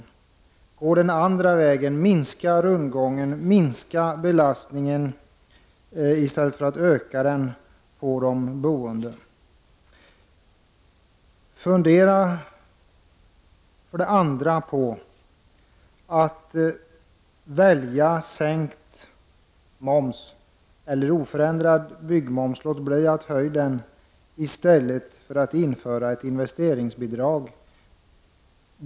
Gå i stället den andra vägen och minska rundgången och belastningen för de boende! Fundera för det andra på att sänka byggmomsen eller låta den vara oförändrad i stället för att införa ett investeringsbidrag.